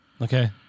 Okay